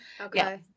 Okay